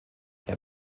herr